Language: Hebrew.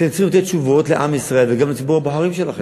אתם צריכים לתת תשובות לעם ישראל וגם לציבור הבוחרים שלכם,